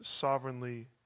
sovereignly